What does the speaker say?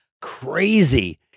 crazy